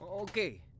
Okay